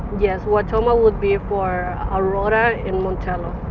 yes, what toma would be for aurora and montano.